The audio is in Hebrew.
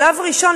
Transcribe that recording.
שלב ראשון,